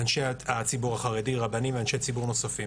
ראשי הציבור החרדי רבנים ואנשי ציבור נוספים.